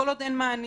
כל עוד אין מענים,